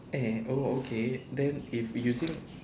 eh oh okay then if using